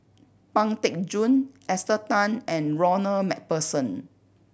Pang Teck Joon Esther Tan and Ronald Macpherson